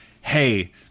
hey